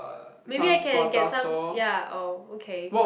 maybe I can get some ya oh okay but